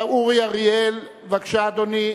אורי אריאל, בבקשה, אדוני.